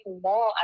more